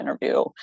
interview